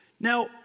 Now